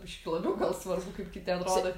biškį labiau gal svarbu kaip kiti atrodo